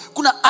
Kuna